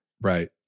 Right